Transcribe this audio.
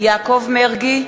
יעקב מרגי,